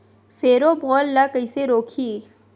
Pheromone ला कइसे रोकही?